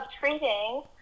treating